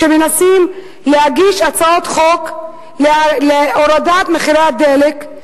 שמנסים להגיש הצעות חוק להורדת מחירי הדלק.